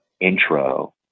intro